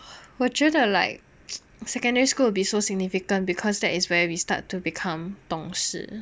我觉得 like secondary school would be so significant because that is where we start to become 懂事